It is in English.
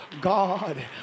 God